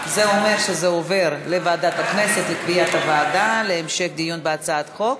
זה אומר שזה עובר לוועדת הכנסת לקביעת הוועדה להמשך דיון בהצעת החוק.